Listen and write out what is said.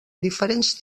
diferents